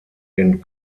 den